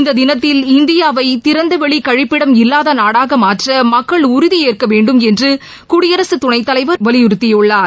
இந்த தினத்தில் இந்தியாவை திறந்த வெளி கழிப்பிடம் இல்லாத நாடாக மாற்ற மக்கள் உறுதியேற்க வேண்டும் என்று குடியரசு துணைத் தலைவர் வலியுறுத்தி உள்ளார்